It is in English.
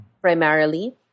primarily